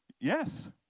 Yes